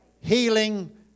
healing